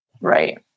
Right